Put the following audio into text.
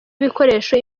ibikoresho